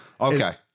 okay